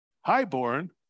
High-born